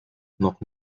noch